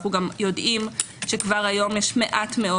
אנחנו גם יודעים שכבר היום יש מעט מאוד